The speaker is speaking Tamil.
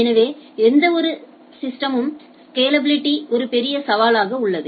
எனவே எந்தவொரு சிஸ்டமிலும் ஸ்கேலாபிலிட்டி ஒரு பெரிய சவாலாக உள்ளது